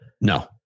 No